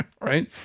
Right